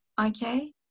Okay